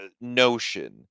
notion